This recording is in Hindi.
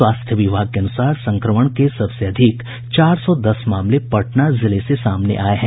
स्वास्थ्य विभाग के अनुसार संक्रमण के सबसे अधिक चार सौ दस मामले पटना जिले में सामने आये हैं